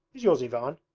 is yours ivan